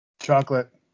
Chocolate